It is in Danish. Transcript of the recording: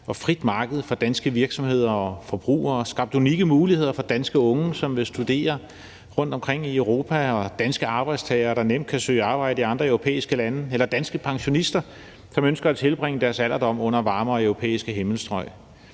og frit marked for danske virksomheder og forbrugere, skabt unikke muligheder for danske unge, som vil studere rundtomkring i Europa, og danske arbejdstagere, der nemt kan søge arbejde andre europæiske lande, og danske pensionister, som ønsker at tilbringe deres alderdom under varmere europæiske himmelstrøg.